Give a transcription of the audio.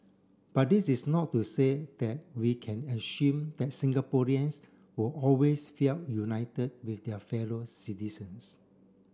but this is not to say that we can assume that Singaporeans will always felt united with their fellow citizens